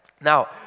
Now